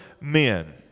men